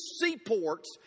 seaports